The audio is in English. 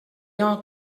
are